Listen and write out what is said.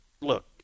Look